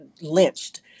lynched